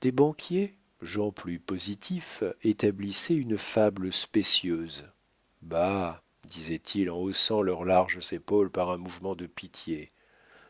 des banquiers gens plus positifs établissaient une fable spécieuse bah disaient-ils en haussant leurs larges épaules par un mouvement de pitié